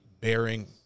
bearing